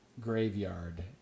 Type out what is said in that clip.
graveyard